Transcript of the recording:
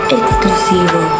exclusivo